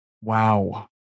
Wow